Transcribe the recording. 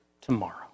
tomorrow